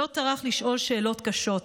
שלא טרח לשאול שאלות קשות.